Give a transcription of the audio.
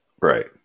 Right